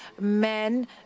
men